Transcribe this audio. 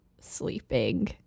sleeping